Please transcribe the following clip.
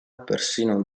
persino